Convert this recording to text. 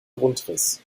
grundriss